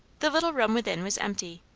the little room within was empty.